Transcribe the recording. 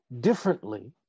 differently